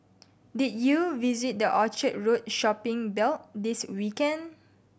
did you visit the Orchard Road shopping belt this weekend